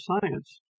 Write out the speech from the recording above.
science